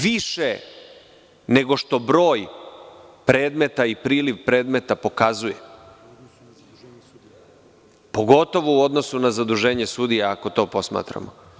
Više nego što broj predmeta i priliv pokazuje, pogotovo u odnosu na zaduženje sudija, ako to posmatramo.